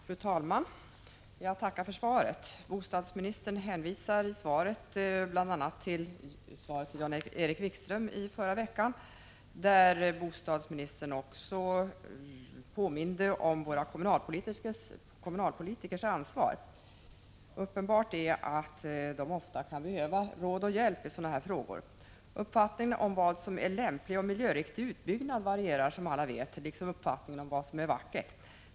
Fru talman! Jag tackar för svaret. Bostadsministern hänvisar i svaret bl.a. till det svar som han i förra veckan gav Jan-Erik Wikström och i vilket bostadsministern påminde om kommunalpolitikers ansvar. Uppenbart är att kommunalpolitiker ofta kan behöva råd och hjälp i sådana här frågor. Uppfattningen om vad som är en lämplig och miljöriktig utbyggnad varierar som alla vet, liksom uppfattningen om vad som är vackert.